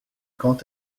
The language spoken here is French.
quand